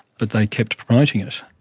but they kept promoting it.